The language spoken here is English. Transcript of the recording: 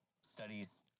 studies